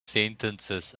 sentences